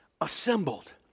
assembled